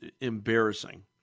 embarrassing